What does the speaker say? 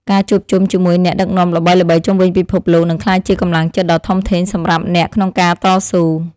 ការជួបជុំជាមួយអ្នកដឹកនាំល្បីៗជុំវិញពិភពលោកនឹងក្លាយជាកម្លាំងចិត្តដ៏ធំធេងសម្រាប់អ្នកក្នុងការតស៊ូ។